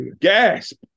gasp